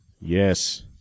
Yes